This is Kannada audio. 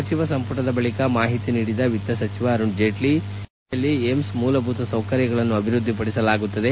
ಸಚಿವ ಸಂಪುಟದ ಬಳಿಕ ಮಾಹಿತಿ ನೀಡಿದ ವಿತ್ತ ಸಚಿವ ಅರುಣ್ ಜೇಟ್ಲ ಯೋಜನೆ ಅಡಿಯಲ್ಲಿ ಏಮ್ಸ್ ಮೂಲಭೂತ ಸೌಕರ್ಯಗಳನ್ನು ಅಭಿವೃದ್ದಿಪಡಿಸಲಾಗುತ್ತದೆ